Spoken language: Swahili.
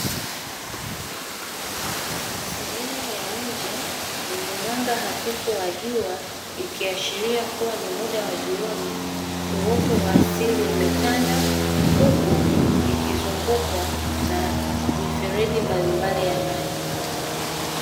Sehemu ya nje yenye mwanga hafifu wa jua ikiashiria kuwa ni muda wa jioni, uoto wa asili umetanda huku ikizungukwa na mifereji mbalimbali ya maji.